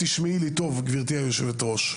תקשיבי לי טוב, גברתי היושבת-ראש,